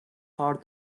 hurt